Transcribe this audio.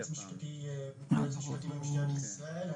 אני יועץ משפטי למשטרת ישראל,